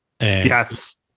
Yes